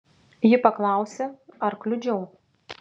ji paklausė ar kliudžiau